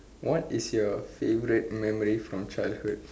what is your favourite memory from childhood